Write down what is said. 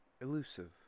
elusive